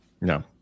no